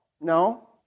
no